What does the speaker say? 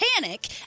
panic